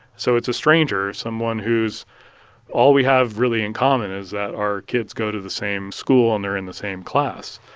so it's a stranger, someone who's all we have really in common is that our kids go to the same school and they're in the same class.